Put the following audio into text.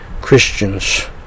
Christians